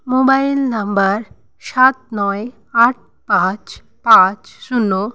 mobile number সাত নয় আট পাঁচ পাঁচ শূন্য